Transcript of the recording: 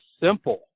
simple